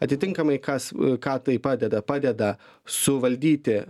atitinkamai kas ką tai padeda padeda suvaldyti